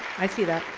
i see that.